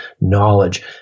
knowledge